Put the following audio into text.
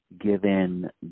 given